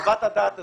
חוות הדעת הזאת,